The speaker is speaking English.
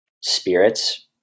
spirits